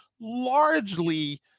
largely